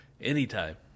Anytime